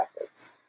records